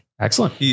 Excellent